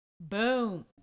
Boom